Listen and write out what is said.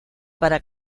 para